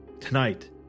Tonight